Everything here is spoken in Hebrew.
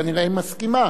כנראה היא מסכימה,